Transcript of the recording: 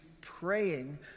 praying